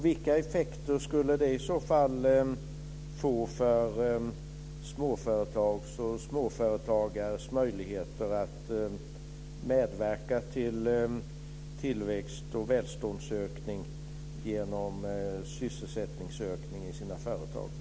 Vilka effekter skulle det i så fall få för småföretagare och deras möjligheter att medverka till tillväxt och välståndsökning genom sysselsättningsökning i sina företag?